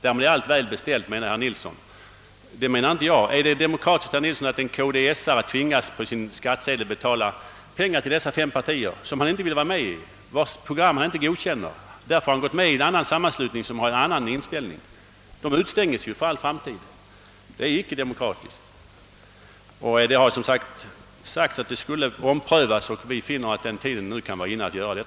Därmed är allt väl beställt, menar herr Nilsson, men det menar inte jag. är det demokratiskt att en KDS-anhängare tvingas att på sin skattsedel betala pengar till dessa fem partier, som han inte vill vara med i och vilkas program han inte godkänner? Det är icke demokratiskt att några — som på den grunden gått in i en annan sammanslutning — skall utestängas från partistöd för all framtid. Det har sagts att partistödet skulle omprövas. Vi finner att tiden nu är inne att göra det.